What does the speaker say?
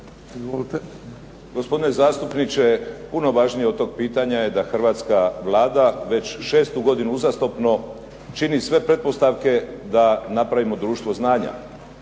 Gospodine zastupniče, puno važnije od tog pitanja je da hrvatska Vlada već šestu godinu uzastopno čini sve pretpostavke da napravimo društvo znanja.